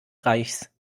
reichs